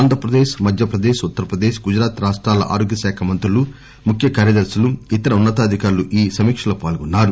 ఆంధ్రప్రదేశ్ మధ్య ప్రదేశ్ ఉత్తరప్రదేశ్ గుజరాత్ రాష్టాల ఆరోగ్య శాఖ మంత్రుల ముఖ్య కార్యదర్శులు ఇతర ఉన్నతాధికారులు ఈ సమీక్షలో పాల్గొన్నారు